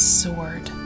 sword